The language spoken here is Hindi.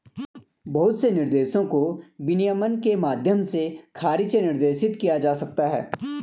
बहुत से निर्देशों को विनियमन के माध्यम से खारिज या निर्देशित किया जा सकता है